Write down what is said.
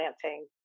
planting